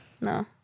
No